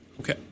Okay